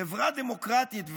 חברה דמוקרטית,